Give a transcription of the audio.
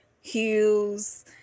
heels